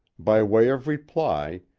by way of reply,